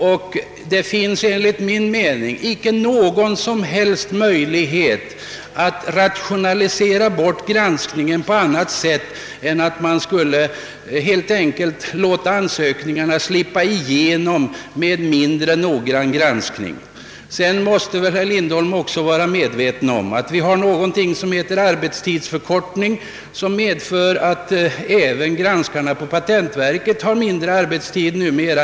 Det ligger därför enligt min mening en stor risk i att rationalisera på ett sådant sätt att man helt enkelt låter ansökningarna slippa igenom med mindre noggrann granskning. Herr Lindholm måste vara medveten om att det finns något som heter arbetstidsförkortning. även granskarna på patentverket har nu kortare arbetstid än förr.